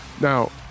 Now